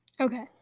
Okay